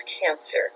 cancer